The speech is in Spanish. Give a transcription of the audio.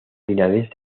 linares